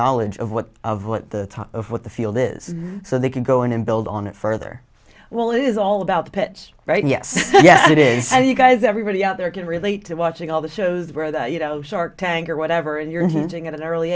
knowledge of what of what the top of what the field is so they can go in and build on it further well it is all about the pitch right yes yes it is and you guys everybody out there can relate to watching all the shows where the you know shark tank or whatever and you're hinting at an early